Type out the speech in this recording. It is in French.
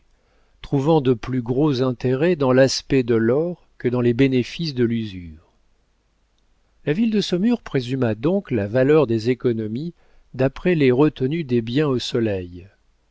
trouvant de plus gros intérêts dans l'aspect de l'or que dans les bénéfices de l'usure la ville de saumur présuma donc la valeur des économies d'après les revenus des biens au soleil